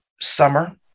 summer